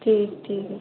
ठीक ठीक है